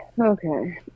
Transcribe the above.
okay